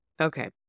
Okay